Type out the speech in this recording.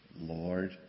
Lord